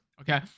okay